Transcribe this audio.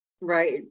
Right